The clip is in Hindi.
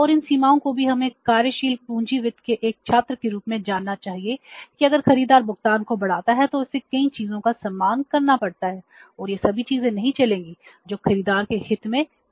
और इन सीमाओं को भी हमें कार्यशील पूंजी वित्त के एक छात्र के रूप में जाना चाहिए कि अगर खरीदार भुगतान को बढ़ाता है तो उसे कई चीजों का सामना करना पड़ता है और ये सभी चीजें नहीं चलेंगी जो खरीदार के हित में नहीं होगी